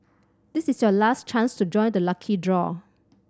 this is your last chance to join the lucky draw